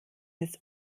des